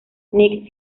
nick